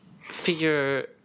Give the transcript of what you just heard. figure